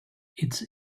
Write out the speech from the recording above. its